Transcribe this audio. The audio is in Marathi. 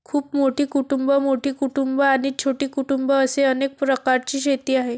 खूप मोठी कुटुंबं, मोठी कुटुंबं आणि छोटी कुटुंबं असे अनेक प्रकारची शेती आहे